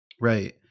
Right